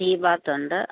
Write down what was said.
സീബാത്തുണ്ട്